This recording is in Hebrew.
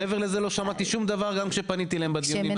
מעבר לזה לא שמעתי שום דבר גם כשפניתי אליהם בדיונים,